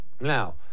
Now